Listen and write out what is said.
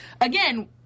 Again